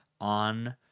on